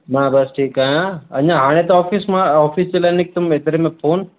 मां बस ठीकु आहियां अञा हाणे त ऑफिस मां ऑफिस जे लाइ निकितुमि एतिरे में फोन